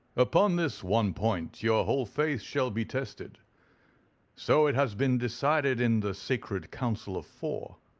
upon this one point your whole faith shall be tested so it has been decided in the sacred council of four.